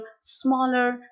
smaller